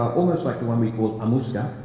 almost like the one we call amusga,